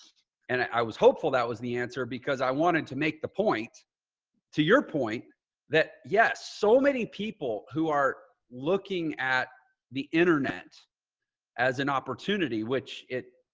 and i was hopeful. that was the answer, because i wanted to make the point to your point that yes, so many people who are looking at the internet as an opportunity, which it,